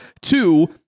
Two